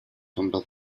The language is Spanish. hombros